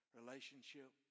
relationship